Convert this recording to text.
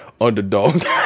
Underdog